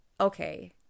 okay